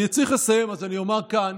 אני צריך לסיים, אז אני אומר כאן